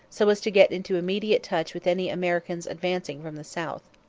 so as to get into immediate touch with any americans advancing from the south.